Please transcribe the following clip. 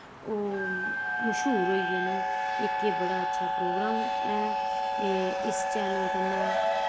ओह् मशहूर होई गे न इक एह् बड़ा अच्छा प्रोग्राम ऐ एह् इस चैनल कन्नै